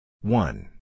One